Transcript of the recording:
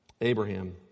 Abraham